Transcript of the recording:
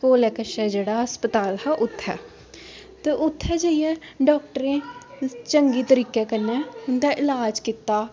कोल कशा जेह्ड़ा अस्पताल हा उत्थें ते उत्थै जाइयै डॉक्टरें चंगी तरीके कन्नै उं'दा ईलाज़ कीता